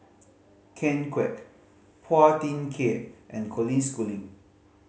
Ken Kwek Phua Thin Kiay and Colin Schooling